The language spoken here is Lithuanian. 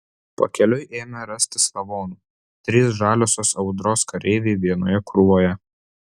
pakeliui ėmė rastis lavonų trys žaliosios audros kareiviai vienoje krūvoje